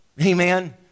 Amen